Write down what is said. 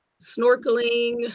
snorkeling